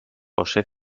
josé